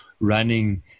running –